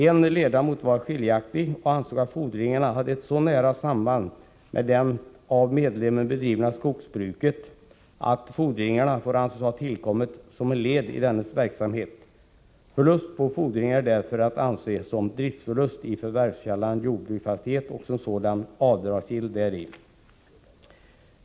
En ledamot anförde skiljaktig mening och ansåg att fordringarna hade ett så nära samband med det av medlemmen bedrivna skogsbruket att ”fordringarna får anses ha tillkommit såsom ett led i denna hennes verksamhet. Förlust på fordringarna är därför att anse som driftsförlust i förvärvskällan jordbruksfastighet och som sådan avdragsgill däri”.